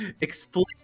Explain